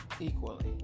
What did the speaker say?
Equally